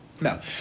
No